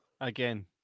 Again